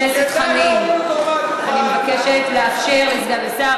אני מבקשת לאפשר לו.